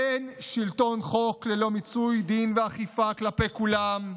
אין שלטון חוק ללא מיצוי דין ואכיפה כלפי כולם,